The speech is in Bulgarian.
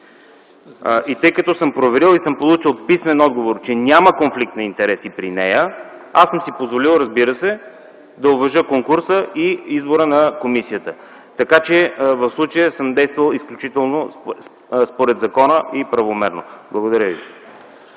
И тъй като съм проверил и съм получил писмен отговор, че няма конфликт на интереси при нея, аз съм си позволил, разбира се, да уважа конкурса и избора на комисията. Така, че в случая съм действал изключително според закона и правомерно. Благодаря ви.